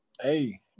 hey